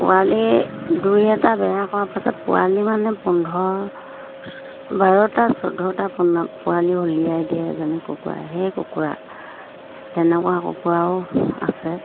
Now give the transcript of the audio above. পোৱালি দুই এটা বেয়া কৰাৰ পাছত পোৱালি মানে পোন্ধৰ বাৰটা চৈধ্যটা পোৱালি উলিয়াই দিয়ে এজনী কুকুৰাই সেই কুকুৰা তেনেকুৱা কুকুৰাও আছে